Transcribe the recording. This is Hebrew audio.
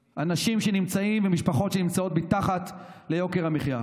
אנשים, משפחות, שנמצאות מתחת לקו העוני.